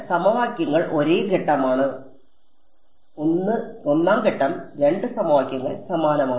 സമവാക്യങ്ങൾ ഒരേ ഘട്ടമാണ് 1 ഘട്ടം 2 സമവാക്യങ്ങൾ സമാനമാണ്